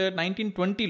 1920